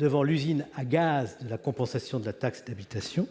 avec l'usine à gaz de la compensation de la taxe d'habitation.